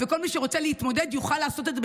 וכל מי שרוצה להתמודד יוכל לעשות את זה,